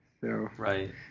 Right